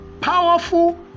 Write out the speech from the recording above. powerful